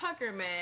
Puckerman